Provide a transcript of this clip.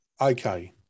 okay